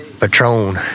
Patron